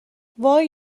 وای